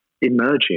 emerging